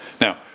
Now